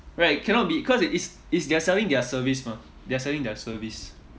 right cannot be cause it's it's they are selling their service mah they are selling their service